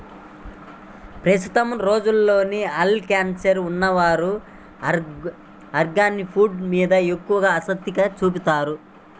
ప్రస్తుత రోజుల్లో health conscious ఉన్నవారు ఆర్గానిక్ ఫుడ్స్ మీద ఎక్కువ ఆసక్తి చూపుతున్నారు